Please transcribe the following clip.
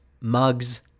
mugs